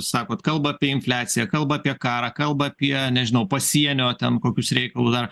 sakote kalba apie infliaciją kalba apie karą kalba apie nežinau pasienio ten kokius reikalus dar